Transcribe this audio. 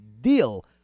deal